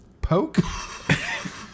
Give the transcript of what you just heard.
Poke